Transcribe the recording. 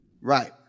right